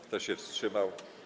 Kto się wstrzymał?